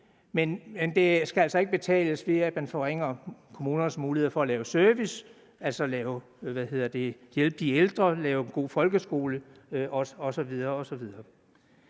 men det skal altså ikke betales, ved at man forringer kommunernes muligheder for at lave service, altså hjælpe de ældre, lave en god folkeskole osv. osv.